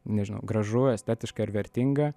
nežinau gražu estetiška ir vertinga